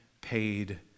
paid